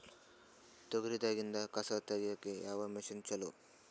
ತೊಗರಿ ದಾಗಿಂದ ಕಸಾ ತಗಿಯಕ ಯಾವ ಮಷಿನ್ ಚಲೋ?